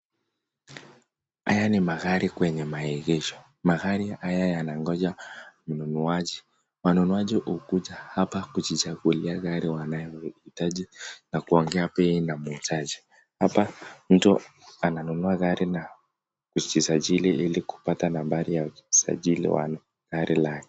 Haya ni magari kwenye maegesho, magari haya yanangoja mnunuaji. Wanunuaji huku hapa kujichagulia gari wanayo hitaji na kuongea bei na muuzaji, hapa mtu ananunua gari na kujisajili ili kupata nambari ya usajili wa gari lake.